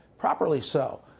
properly so.